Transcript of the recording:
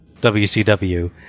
WCW